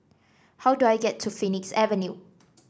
how do I get to Phoenix Avenue